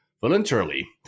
voluntarily